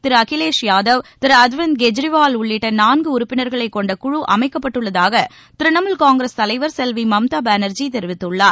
திரு அகிலேஷ் யாதவ் திரு அர்விந்த் கேஜ்ரிவால் உள்ளிட்ட நான்கு உறுப்பினர்களை கொண்ட குழு அமைக்கப்பட்டுள்ளதாக திரிணாமூல் காங்கிரஸ் தலைவர் செல்வி மம்தா பானர்ஜி தெரிவித்துள்ளார்